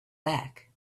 back